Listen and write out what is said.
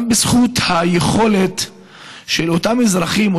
גם בזכות היכולת של אותם אזרחים,